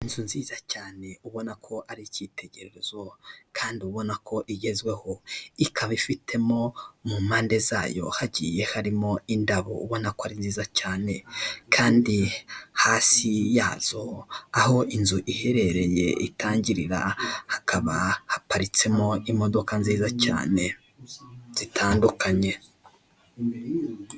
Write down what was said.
Inzu nziza cyane ubona ko ari icyitegererezo kandi ubona ko igezweho, ikaba ifitemo mu mpande zayo hagiye harimo indabo ubona ko ari nziza cyane kandi hasi yazo, aho inzu iherereye itangirira, hakaba haparitsemo imodoka nziza cyane zitandukanye.